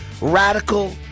radical